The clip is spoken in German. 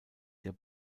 der